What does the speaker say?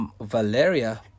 Valeria